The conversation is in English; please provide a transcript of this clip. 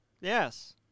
Yes